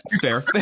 fair